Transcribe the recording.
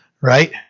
Right